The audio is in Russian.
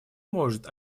может